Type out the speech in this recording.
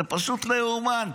זה פשוט לא ייאמן,